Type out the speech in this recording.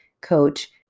coach